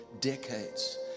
decades